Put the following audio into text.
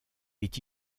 est